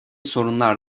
sorunlar